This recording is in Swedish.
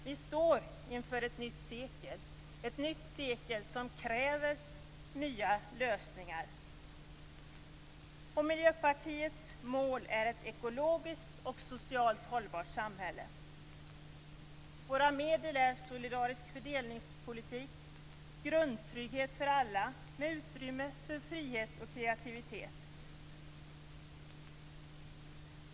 Vi står inför ett nytt sekel som kräver nya lösningar. Miljöpartiets mål är ett ekologiskt och socialt hållbart samhälle. Våra medel är en solidarisk fördelningspolitik och en grundtrygghet för alla med utrymme för frihet och kreativitet.